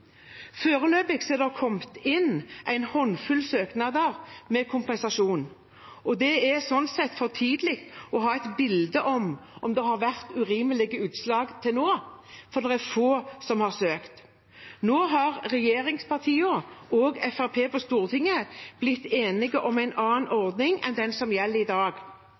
Foreløpig har det kommet inn en håndfull søknader om kompensasjon. Det er slik sett for tidlig å ha et bilde av om det har vært urimelige utslag til nå, for det er få som har søkt. Nå har regjeringspartiene og Fremskrittspartiet på Stortinget blitt enige om en annen ordning enn den som gjelder i dag.